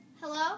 Hello